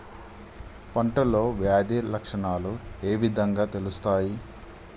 పంటలో వ్యాధి లక్షణాలు ఏ విధంగా తెలుస్తయి?